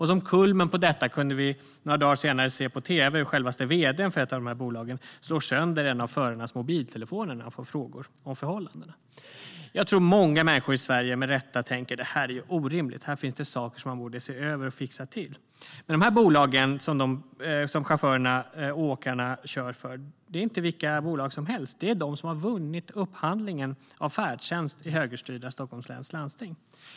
Som kulmen på detta kunde vi några dagar senare se på tv hur självaste vd:n för ett av bolagen slog sönder en förares mobiltelefon när han fick frågor om förhållandena. Jag tror att många människor i Sverige med rätta tänker att detta är orimligt och att det finns saker som man borde se över och fixa till. De bolag som dessa chaufförer och åkare kör för är inte vilka bolag som helst, utan det är de som har vunnit upphandlingen av färdtjänst i högerstyrda Stockholms läns landsting.